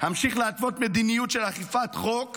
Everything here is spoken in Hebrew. אמשיך להתוות מדיניות של אכיפת חוק